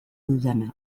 dudana